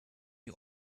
you